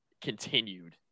continued